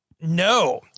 No